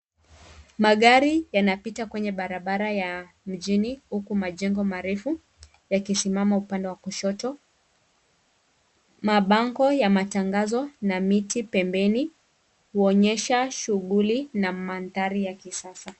Magari yanapita kwenye barabara ya mjini huku majengo marefu yakisimama upande wa kushoto. Mabango ya matangazo na miti pembeni huonyesha shughuli na mandhari ya kisasa.